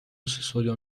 سویا